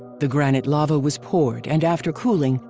the granite lava was poured and after cooling,